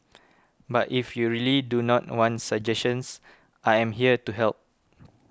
but if you really do not want suggestions I am here to help